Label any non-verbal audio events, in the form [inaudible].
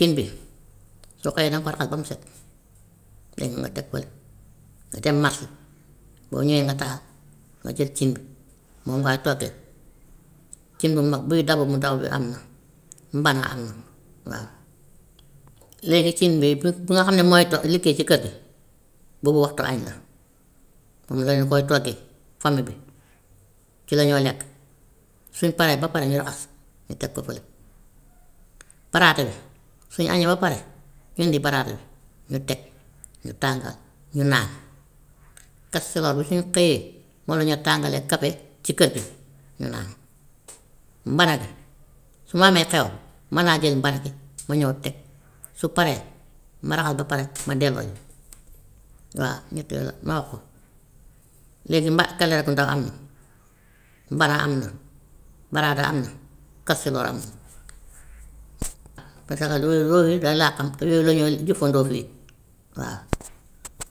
Cin bi soo xëyee na nga ko raxas ba mu set léegi nga teg ko, nga teg matt boo ñëwee nga taal, nga jël cin bi moom ngay toggee. Cin bu mag buy dabu bu ndaw bi am na, mbana am na waaw. Léegi cin bi bi bi nga xam ne mooy to- liggéey ci kër gi boobu waxtu añ la moom danañ koy toggee famille bi, ci la ñoo lekk, suñ paree ba pare ñu raxas, ñu teg ko fële. Baraada bi suñ añee ba pare ñu indi baraada bi ñu teg, ñu tàngal, ñu naan. Kastiloor bi su ñu xëyee moom lañoo tàngalee kafe ci kër gi ñu naan. Mbana gi su ma amee xew mën naa jël mbana gi ma ñëw teg, su paree ma raxas ba pare ma delloo ji. Waa ñett yooyu la ma wax ko, léegi mba- keleere gu ndaw am na, mbana am na, baraada am na, kastiloor am na, parce que loolu yooyu daal laa xam te yooyu la ñuy jëfandoo fii waa. [noise]